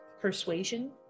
persuasion